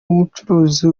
umucuruzi